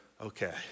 okay